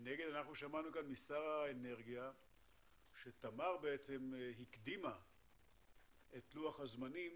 מנגד שמענו משר האנרגיה שתמר הקדימה את לוח הזמנים,